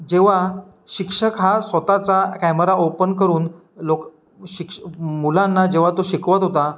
जेव्हा शिक्षक हा स्वतःचा कॅमेरा ओपन करून लोक शिक्ष मुलांना जेव्हा तो शिकवत होता